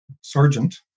sergeant